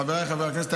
חבריי חברי הכנסת,